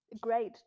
great